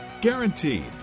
Guaranteed